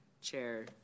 Chair